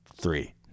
three